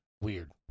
weird